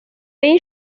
این